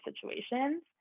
situations